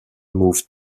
moved